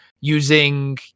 using